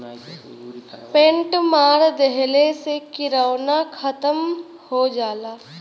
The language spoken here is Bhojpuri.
पेंट मार देहले से किरौना खतम हो जाला